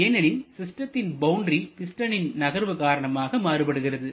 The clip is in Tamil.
ஏனெனில் சிஸ்டத்தின் பவுண்டரி பிஸ்டனின் நகர்வு காரணமாக மாறுபடுகிறது